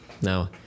no